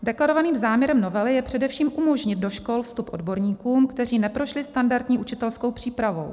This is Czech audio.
Deklarovaným záměrem novely je především umožnit do škol vstup odborníkům, kteří neprošli standardní učitelskou přípravou.